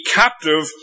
captive